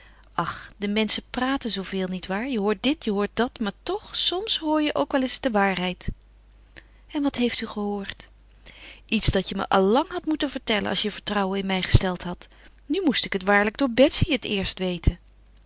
ach de menschen praten zooveel niet waar je hoort dit je hoort dat maar toch soms hoor je ook wel eens de waarheid en wat heeft u gehoord iets dat je me al lang had moeten vertellen als je vertrouwen in mij gesteld had nu moest ik het waarlijk door betsy het eerst weten